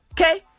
Okay